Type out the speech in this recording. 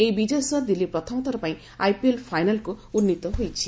ଏହି ବିଜୟ ସହ ଦିଲ୍ଲୀ ପ୍ରଥମଥର ପାଇଁ ଆଇପିଏଲ୍ ଫାଇନାଲ୍କୁ ଉନ୍ନିତ ହୋଇଛି